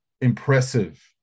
impressive